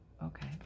Okay